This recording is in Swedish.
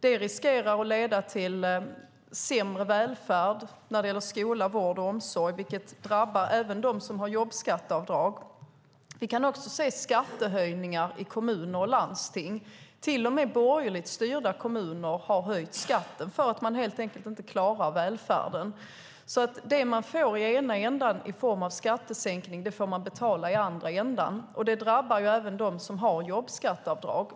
Det riskerar att leda till sämre välfärd när det gäller skola, vård och omsorg, vilket drabbar även dem som har jobbskatteavdrag. Vi kan också se skattehöjningar i kommuner och landsting. Till och med borgerligt styrda kommuner har höjt skatten för att de helt enkelt inte klarar välfärden. Det som man får i ena ändan i form av skattesänkning får man betala i andra ändan. Det drabbar även dem som har jobbskatteavdrag.